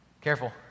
Careful